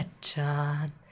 John